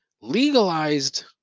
legalized